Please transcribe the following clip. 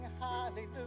hallelujah